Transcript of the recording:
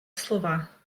слова